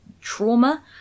trauma